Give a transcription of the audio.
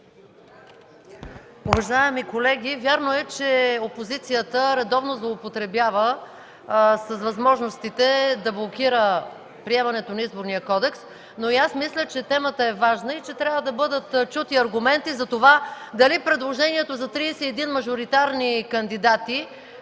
Уважаеми колеги, вярно е, че опозицията редовно злоупотребява с възможностите да блокира приемането на Изборния кодекс, но и аз мисля, че темата е важна и трябва да бъдат чути аргументи за това дали предложението за31 мажоритарни кандидати